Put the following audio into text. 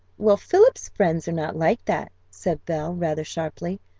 well, philip's friends are not like that, said belle, rather sharply.